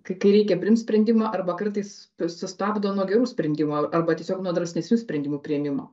kai reikia priimt sprendimą arba kartais tai sustabdo nuo gerų sprendimų arba tiesiog nuo drąstesnių prendimų priėmimo